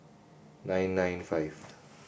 nine nine five